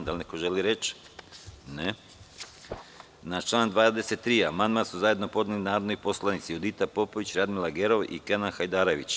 Da li neko želi reč? (Ne) Na član 23. amandman su zajedno podneli narodni poslanici Judita Popović, Radmila Gerov i Kenan Hajdarević.